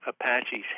Apache's